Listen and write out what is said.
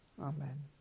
Amen